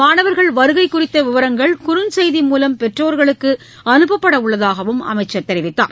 மாணவர்கள் வருகைகுறித்தவிவரங்கள் குறுஞ்செய்தி மூலம் பெற்றோர்களுக்குஅனுப்பப்படவுள்ளதாகவும் அமைச்சர் தெரிவித்தார்